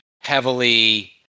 heavily